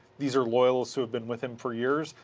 these are loyals who have been with him for years.